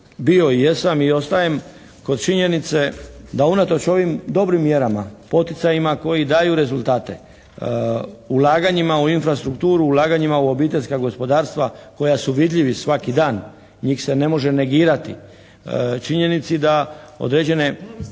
bio jesam i ostajem kod činjenice da unatoč ovim dobrim mjerama, poticajima koji daju rezultate, ulaganjima u infrastrukturu, ulaganjima u obiteljska gospodarstva koja su vidljivi svaki dan, njih se ne može negirati. Činjenici da određene